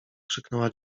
krzyknęła